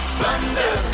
thunder